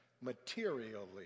materially